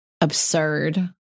absurd